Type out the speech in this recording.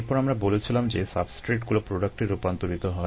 এরপর আমরা বলেছিলাম যে সাবস্ট্রেটগুলো প্রোডাক্টে রূপান্তরিত হয়